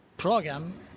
program